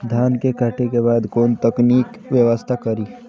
धान के काटे के बाद कोन तकनीकी व्यवस्था करी?